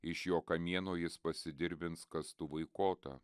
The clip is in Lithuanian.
iš jo kamieno jis pasidirbins kastuvui kotą